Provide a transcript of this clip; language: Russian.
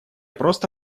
просто